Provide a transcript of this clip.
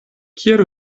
kiel